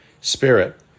Spirit